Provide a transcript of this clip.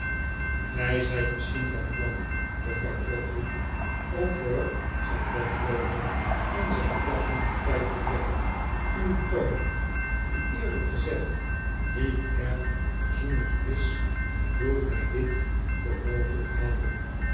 gij zijt misschien van plan juffrouw trotwood om voor zijn wegloopen en zijn klachten partij te trekken uw toon die eerlijk gezegd niet erg verzoenend is doet mij dit voor mogelijk houden